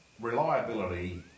reliability